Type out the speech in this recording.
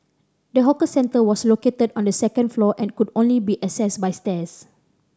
the hawker centre was located on the second floor and could only be accessed by stairs